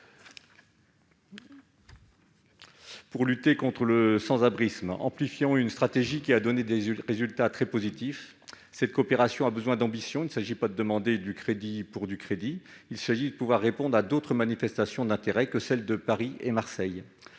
Pour lutter contre le sans-abrisme, amplifions une stratégie qui a donné des résultats très positifs ! Cette coopération a besoin d'ambition ; il s'agit non pas de demander du crédit pour du crédit, mais de répondre à d'autres manifestations d'intérêt que celles de Paris et Marseille.